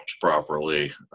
properly